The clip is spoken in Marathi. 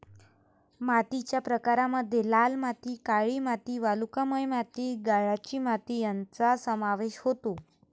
मातीच्या प्रकारांमध्ये लाल माती, काळी माती, वालुकामय माती, गाळाची माती यांचा समावेश होतो